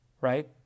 right